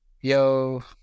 yo